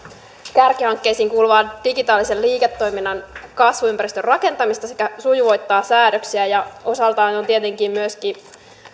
kärkihankkeisiin kuuluvaa digitaalisen liiketoiminnan kasvuympäristön rakentamista sekä sujuvoittaa säädöksiä ja osaltaan on tietenkin